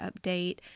update